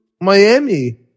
Miami